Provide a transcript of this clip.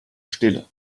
stille